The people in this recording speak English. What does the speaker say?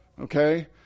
okay